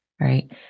Right